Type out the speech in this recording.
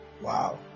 Wow